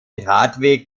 radweg